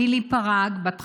לילי פרג, בת 54,